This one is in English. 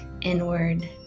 inward